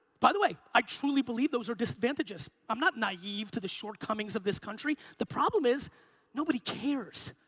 by the way, i truly believe those are disadvantages. i'm not naive to the shortcomings of this country. the problem is nobody cares.